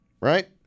right